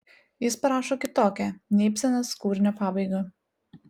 jis parašo kitokią nei ibsenas kūrinio pabaigą